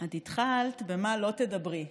את התחלת במה לא תדברי,